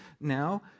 now